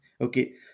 okay